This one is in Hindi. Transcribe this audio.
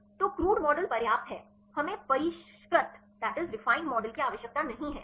तो क्रूड मॉडल पर्याप्त है हमें परिष्कृत मॉडल की आवश्यकता नहीं है